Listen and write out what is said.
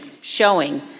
showing